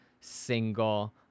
single